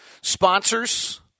Sponsors